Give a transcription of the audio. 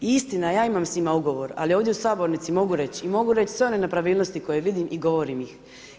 I istina ja imam s njima ugovora ali ovdje u sabornici mogu reći i mogu reći sve one nepravilnosti koje vidim i govorim ih.